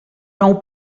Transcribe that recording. nou